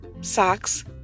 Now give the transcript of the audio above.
socks